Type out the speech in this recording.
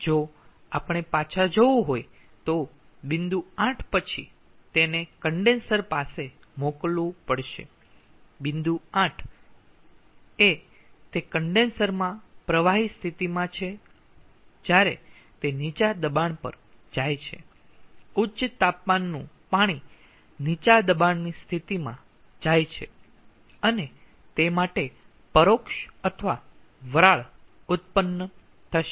જો આપણે પાછા જવું હોય તો બિંદુ 8 પછી તેને કન્ડેન્સર પાસે મોકલવું પડશે બિંદુ 8 એ તે કન્ડેન્સરમાં પ્રવાહી સ્થિતિમાં છે જ્યારે તે નીચા દબાણ પર જાય છે ઉચ્ચ તાપમાનનું પાણી નીચા દબાણની સ્થિતિમાં જાય છે અને તે માટે પરોક્ષ અથવા વરાળ ઉત્પન્ન થશે